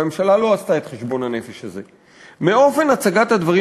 והממשלה לא עשתה את חשבון הנפש הזה: "מאופן הצגת הדברים